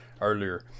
earlier